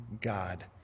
God